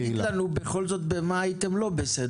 אבל אמרת שאתה תגיד לנו בכל זאת במה הייתם לא בסדר.